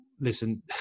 listen